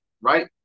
right